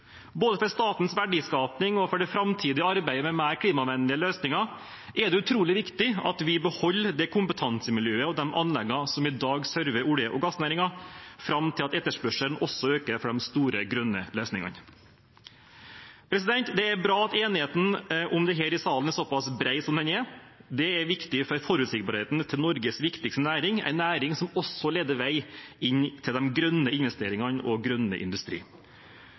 Både for statens verdiskaping og for det framtidige arbeidet med mer klimavennlige løsninger er det utrolig viktig at vi beholder det kompetansemiljøet og de anleggene som i dag sørver olje- og gassnæringen, fram til at etterspørselen også øker for de store, grønne løsningene. Det er bra at enigheten om dette i salen er såpass bred som den er. Det er viktig for forutsigbarheten til Norges viktigste næring, en næring som også viser vei inn til de grønne investeringene og den grønne